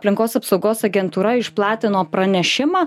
aplinkos apsaugos agentūra išplatino pranešimą